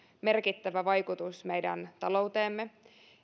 merkittävä vaikutus meidän talouteemme